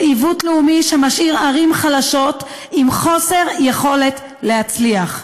זה עיוות לאומי שמשאיר ערים חלשות עם חוסר יכולת להצליח.